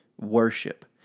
worship